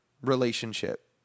relationship